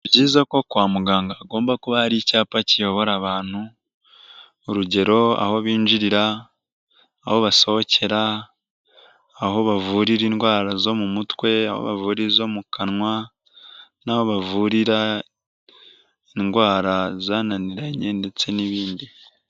Ni byiza ko kwa muganga hagomba kuba hari icyapa kiyobora abantu, urugero aho binjirira, aho basohokera, aho bavurira indwara zo mu mutwe, aho bavurira izo mu kanwa, n'aho bavurira indwara zananiranye ndetse n'ibindi.